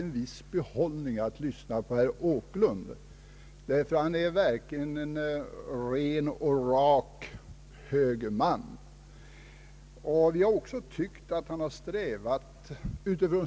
En gång var det nästan en tjock broschyr.